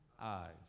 eyes